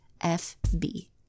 FB